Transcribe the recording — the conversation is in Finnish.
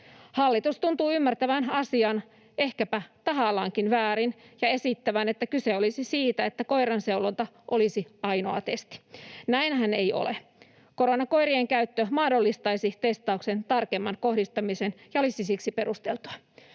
Hallitus tuntuu ymmärtävän asian ehkäpä tahallaankin väärin ja esittävän, että kyse olisi siitä, että koiran seulonta olisi ainoa testi. Näinhän ei ole. Koronakoirien käyttö mahdollistaisi testauksen tarkemman kohdistamisen ja olisi siksi perusteltua.